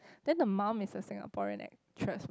then the mum is a Singaporean actress mah